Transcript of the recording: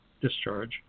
discharge